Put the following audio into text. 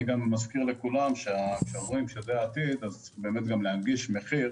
אני גם מזכיר לכולם שכשאנחנו אומרים שזה העתיד אז גם להנגיש מחיר